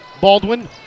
Baldwin